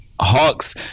Hawks